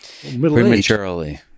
prematurely